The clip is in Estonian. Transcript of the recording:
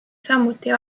samuti